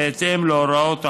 בהתאם להוראות החוק.